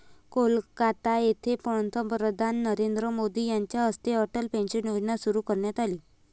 कोलकाता येथे पंतप्रधान नरेंद्र मोदी यांच्या हस्ते अटल पेन्शन योजना सुरू करण्यात आली